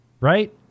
right